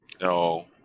No